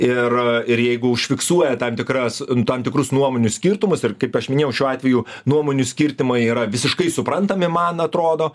ir ir jeigu užfiksuoja tam tikras tam tikrus nuomonių skirtumus ir kaip aš minėjau šiuo atveju nuomonių skirtumai yra visiškai suprantami man atrodo